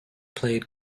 played